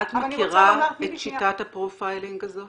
אבל אני רוצה --- את מכירה את שיטת הפרופיילינג הזאת?